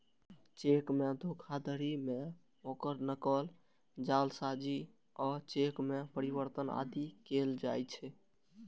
cheque धोखाधड़ी मे ओकर नकल, जालसाजी आ चेक मे परिवर्तन आदि कैल जाइ छै